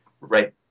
right